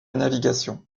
navigation